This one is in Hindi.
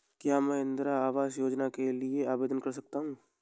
क्या मैं इंदिरा आवास योजना के लिए आवेदन कर सकता हूँ?